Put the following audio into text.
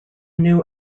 new